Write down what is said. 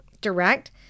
direct